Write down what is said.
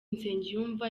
nsengiyumva